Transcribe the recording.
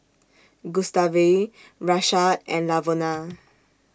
Gustave Rashaad and Lavona